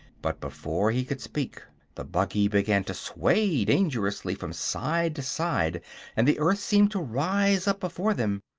but before he could speak the buggy began to sway dangerously from side to side and the earth seemed to rise up before them.